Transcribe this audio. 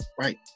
Right